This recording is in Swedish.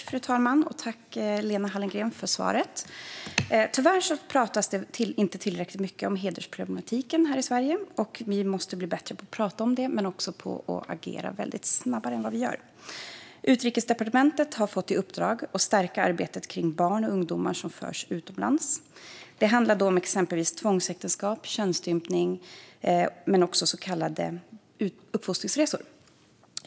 Fru talman! Tack, Lena Hallengren, för svaret! Tyvärr talas det inte tillräckligt mycket om hedersproblematiken här i Sverige. Vi måste bli bättre på att tala om den men också agera mycket snabbare än vad vi gör. Utrikesdepartementet har fått i uppdrag att stärka arbetet kring barn och ungdomar som förs utomlands. Det handlar då om exempelvis tvångsäktenskap och könsstympning men också om så kallade uppfostringsresor.